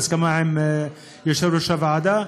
בהסכמה עם יושב-ראש הוועדה,